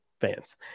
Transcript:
fans